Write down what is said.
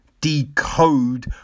decode